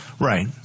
Right